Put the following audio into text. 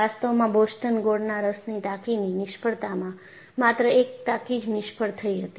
વાસ્તવમાં બોસ્ટન ગોળના રસની ટાંકીની નિષ્ફળતામાં માત્ર એક ટાંકી જ નિષ્ફળ થઈ હતી